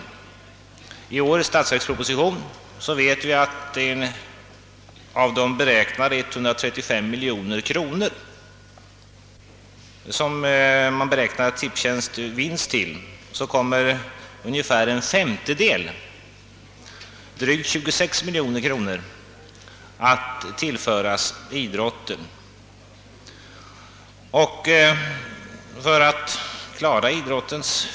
Från årets statsverksproposition vet vi, att av de 135 miljoner kronor, som Tipstjänsts vinst beräknas bli, kommer endast drygt 26 miljoner, alltså ungefär en femtedel, att tillföras idrotten.